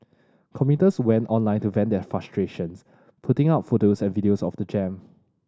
commuters went online to vent their frustrations putting up photos and videos of the jam